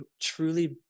truly